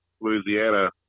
Louisiana